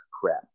crap